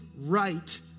right